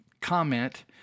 comment